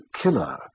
killer